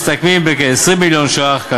מסתכמים בכ-20 מיליון שקל,